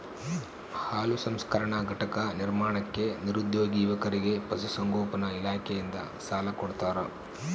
ಹಾಲು ಸಂಸ್ಕರಣಾ ಘಟಕ ನಿರ್ಮಾಣಕ್ಕೆ ನಿರುದ್ಯೋಗಿ ಯುವಕರಿಗೆ ಪಶುಸಂಗೋಪನಾ ಇಲಾಖೆಯಿಂದ ಸಾಲ ಕೊಡ್ತಾರ